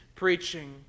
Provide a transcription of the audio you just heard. preaching